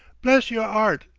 bless yer art,